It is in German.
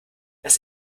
das